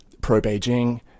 pro-Beijing